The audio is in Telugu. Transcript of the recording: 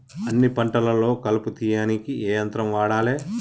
అన్ని పంటలలో కలుపు తీయనీకి ఏ యంత్రాన్ని వాడాలే?